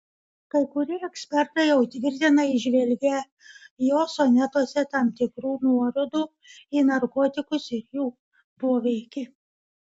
kai kurie ekspertai jau tvirtina įžvelgią jo sonetuose tam tikrų nuorodų į narkotikus ir jų poveikį